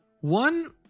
One